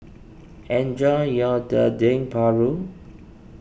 enjoy your Dendeng Paru